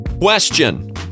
Question